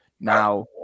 Now